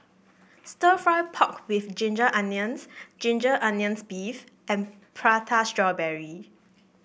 stir fry pork with Ginger Onions Ginger Onions beef and Prata Strawberry